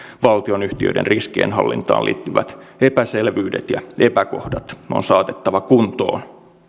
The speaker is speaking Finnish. valtionyhtiöiden riskienhallintaan liittyvät epäselvyydet ja epäkohdat on saatettava kuntoon